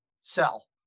sell